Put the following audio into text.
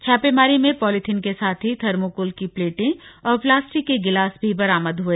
छापेमारी में पॅालिथीन के साथ ही थर्माकोल की प्लेटें और प्लास्टिक के गिलास बरामद हुए